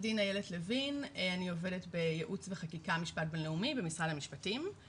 אני עובדת בייעוץ וחקיקה משפט בינלאומי במשרד המשפטים.